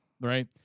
right